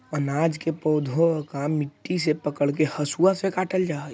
अनाज के पौधा के मुट्ठी से पकड़के हसुआ से काटल जा हई